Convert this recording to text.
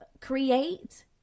create